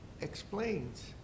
explains